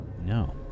No